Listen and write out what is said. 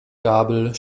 gabel